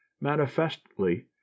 Manifestly